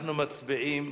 אנחנו מצביעים